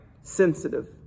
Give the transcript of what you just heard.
sensitive